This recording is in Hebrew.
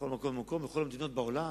בכל מקום ומקום, בכל המדינות בעולם,